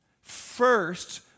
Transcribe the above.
First